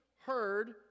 heard